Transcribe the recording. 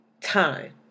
time